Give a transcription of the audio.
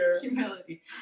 Humility